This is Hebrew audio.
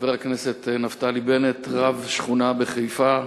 חבר הכנסת נפתלי בנט, רב שכונה בחיפה,